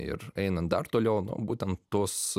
ir einant dar toliau nu būtent tos